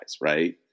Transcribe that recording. Right